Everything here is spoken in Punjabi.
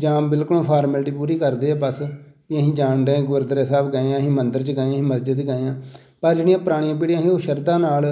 ਜਾਂ ਬਿਲਕੁਲ ਫਾਰਮੈਲਟੀ ਪੂਰੀ ਕਰਦੇ ਆ ਬਸ ਵੀ ਅਸੀਂ ਜਾਣ ਡੇ ਗੁਰਦੁਆਰੇ ਸਾਹਿਬ ਗਏ ਹਾਂ ਅਸੀਂ ਮੰਦਰ 'ਚ ਗਏ ਅਸੀਂ ਮਸਜਿਦ ਗਏ ਹਾਂ ਪਰ ਜਿਹੜੀਆਂ ਪੁਰਾਣੀਆਂ ਪੀੜ੍ਹੀਆਂ ਸੀ ਉਹ ਸ਼ਰਧਾ ਨਾਲ਼